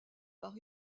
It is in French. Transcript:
par